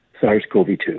SARS-CoV-2